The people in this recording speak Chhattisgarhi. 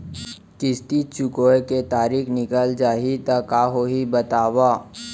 किस्ती चुकोय के तारीक निकल जाही त का होही बताव?